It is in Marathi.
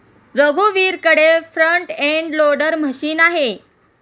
रघुवीरकडे फ्रंट एंड लोडर मशीन आहे